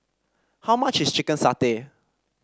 how much is Chicken Satay